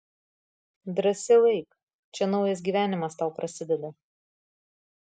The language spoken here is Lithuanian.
drąsiau eik čia naujas gyvenimas tau prasideda